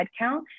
headcount